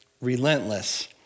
Relentless